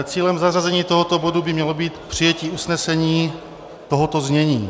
Cílem zařazení tohoto bodu by mělo být přijetí usnesení tohoto znění: